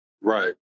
Right